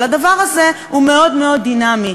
אבל הדבר הזה הוא מאוד מאוד דינמי,